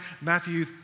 Matthew